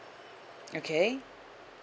okay